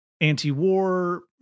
anti-war